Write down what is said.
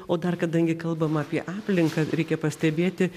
o dar kadangi kalbam apie aplinką reikia pastebėti